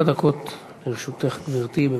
בבקשה.